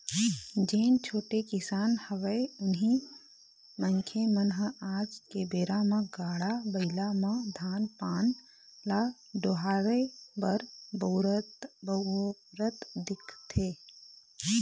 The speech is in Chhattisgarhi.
जेन छोटे किसान हवय उही मनखे मन ह आज के बेरा म गाड़ा बइला म धान पान ल डोहारे बर बउरत दिखथे